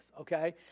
okay